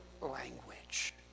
language